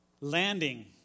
landing